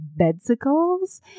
bedsicles